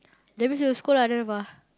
that means you will scold other people ah